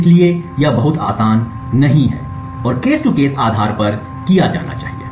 इसलिए यह बहुत आसान नहीं है और केस टू केस आधार पर किया जाना चाहिए